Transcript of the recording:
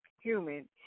human